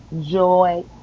joy